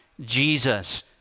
Jesus